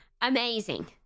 amazing